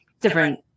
different